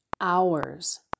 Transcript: hours